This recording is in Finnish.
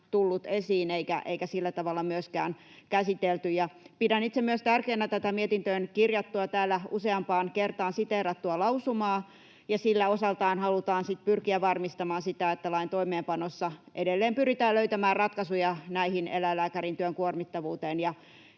tullut esiin eikä sillä tavalla myöskään käsitelty. Pidän itse myös tärkeänä tätä mietintöön kirjattua, täällä useampaan kertaan siteerattua lausumaa, ja sillä osaltaan halutaan pyrkiä varmistamaan sitä, että lain toimeenpanossa edelleen pyritään löytämään ratkaisuja eläinlääkärin työn kuormittavuuteen